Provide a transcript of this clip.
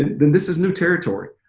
this is new territory.